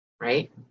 right